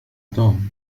توم